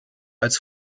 als